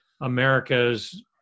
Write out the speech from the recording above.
America's